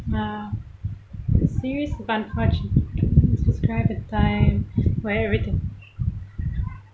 uh mm describe the time where everything